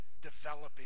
Developing